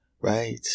Right